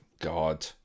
God